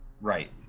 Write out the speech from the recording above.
Right